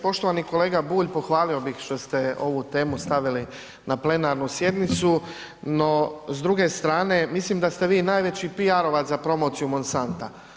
Poštovani kolega Bulj, pohvalio bih što ste ovu temu stavili na plenarnu sjednicu, no s druge strane mislim da ste vi najveći PR-ovac za promociju Monsanta.